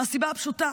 מהסיבה הפשוטה,